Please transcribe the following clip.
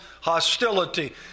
hostility